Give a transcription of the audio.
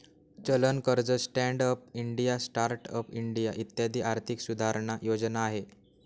चलन कर्ज, stand up India, start up India इत्यादी आर्थिक सुधारणा योजना आहे